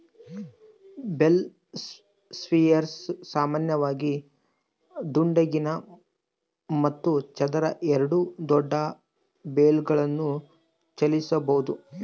bale spears ಸಾಮಾನ್ಯವಾಗಿ ದುಂಡಗಿನ ಮತ್ತು ಚದರ ಎರಡೂ ದೊಡ್ಡ ಬೇಲ್ಗಳನ್ನು ಚಲಿಸಬೋದು